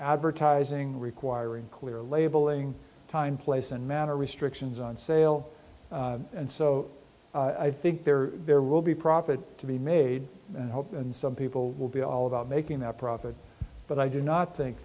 advertising requiring clear labeling time place and manner restrictions on sale and so i think there there will be profit to be made and hope and some people will be all about making a profit but i do not think